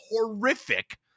horrific